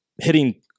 hitting